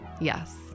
Yes